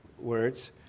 words